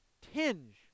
tinge